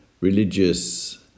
religious